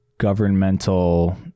governmental